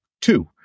Two